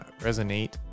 Resonate